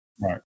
right